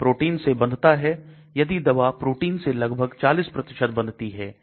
यह एक प्रोटीन से बंधता है यदि दवा प्रोटीन से लगभग 40 बंधती है